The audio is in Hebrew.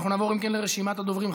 נעבור אם כן לרשימת הדוברים.